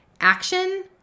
action